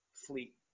Fleet